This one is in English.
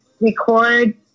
record